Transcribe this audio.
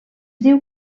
diu